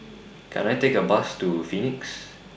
Can I Take A Bus to Phoenix